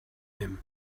him